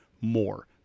more